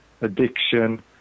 addiction